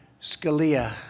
Scalia